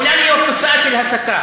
יכולה להיות תוצאה של הסתה,